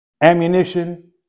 ammunition